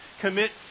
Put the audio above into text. commits